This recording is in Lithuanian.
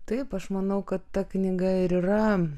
taip aš manau kad ta knyga ir yra